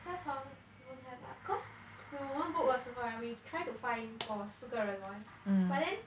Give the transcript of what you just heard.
加床 don't have lah cause when 我们 book 的时候 right we try to find for 四个人 [one] but then